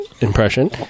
impression